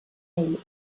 ell